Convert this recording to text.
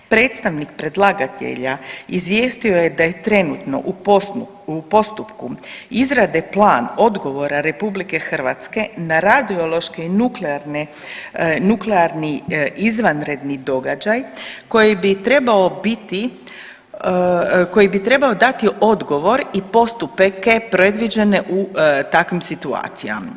Predstavnik predlagatelja izvijestio je da je trenutno u postupku izrade plan odgovora RH na radiološke i nuklearne, nuklearni izvanredni događaj koji bi trebao biti, koji bi trebao dati odgovor i postupke predviđene u takvim situacijama.